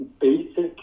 basic